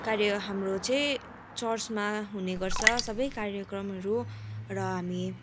कार्य हाम्रो चाहिँ चर्चमा हुने गर्छ सबै कार्यक्रमहरू र हामी